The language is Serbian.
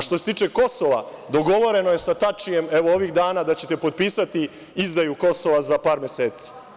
Što se tiče Kosova, dogovoreno je sa Tačijem, evo ovih dana, da ćete potpisati izdaju Kosova za par meseci.